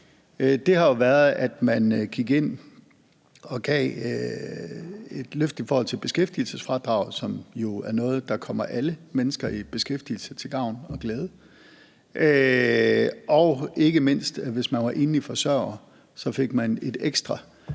har været, at man gik ind og gav et løft i forhold til beskæftigelsesfradraget, som jo er noget, der kommer alle mennesker i beskæftigelse til gavn og glæde, og ikke mindst fik man, hvis man var enlig forsørger, en ekstra